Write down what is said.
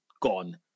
gone